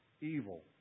evil